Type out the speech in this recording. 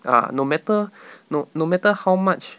ah no matter no no matter how much